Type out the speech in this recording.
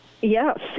Yes